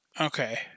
Okay